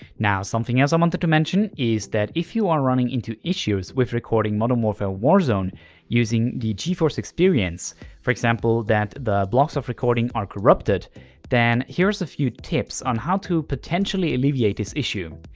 now something else i wanted to mention is that if you are running into issues with recording modern warfare warzone using the geforce experience for example that the blocks of recording are corrupted then here's a few tips on how to potentially alleviate this issue.